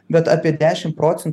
bet apie dešim procentų